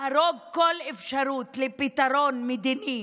להרוג כל אפשרות לפתרון מדיני